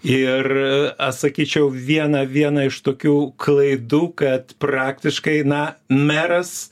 ir sakyčiau viena viena iš tokių klaidų kad praktiškai na meras